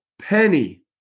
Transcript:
penny